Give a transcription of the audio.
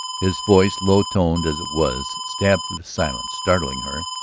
his voice, low-toned as it was, stabbed through the silence, startling her,